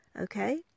Okay